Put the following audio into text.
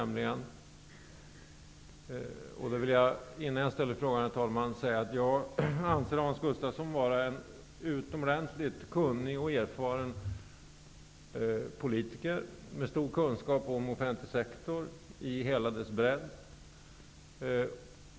Men innan jag ställer frågan vill jag säga följande. Jag anser Hans Gustafsson vara en utomordentligt kunnig och erfaren politiker med stor kunskap om offentlig sektor i hela dess bredd.